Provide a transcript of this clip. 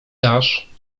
dasz